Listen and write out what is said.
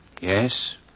Yes